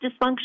dysfunction